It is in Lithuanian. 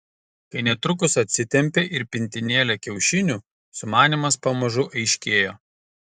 kai netrukus atsitempė ir pintinėlę kiaušinių sumanymas pamažu aiškėjo